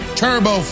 turbo